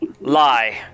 lie